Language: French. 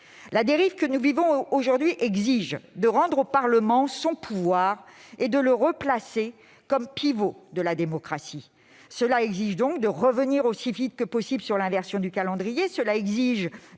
La dérive que nous vivons aujourd'hui exige de rendre au Parlement son pouvoir et de le rétablir comme pivot de la démocratie. Elle exige de revenir aussi vite que possible sur l'inversion du calendrier électoral.